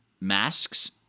masks